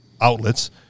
outlets